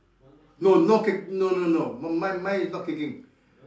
no no kick no no no mine mine is not kicking